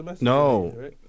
no